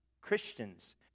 Christians